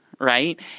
right